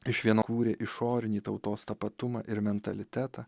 iš vieno kūrė išorinį tautos tapatumą ir mentalitetą